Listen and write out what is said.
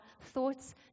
thoughts